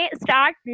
start